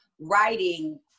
writing